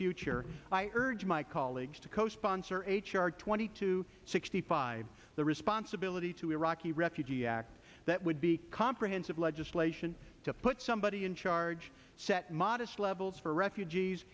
future i urge my colleagues to co sponsor h r twenty two sixty five the responsibility to iraqi refugee act that would be comprehensive legislation to put somebody in charge set modest levels for refugees